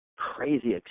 Crazy